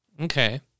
Okay